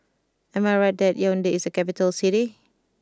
am I right that Yaounde is a capital city